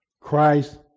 Christ